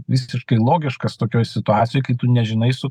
visiškai logiškas tokioj situacijoj kai tu nežinai su